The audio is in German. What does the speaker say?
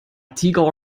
tiger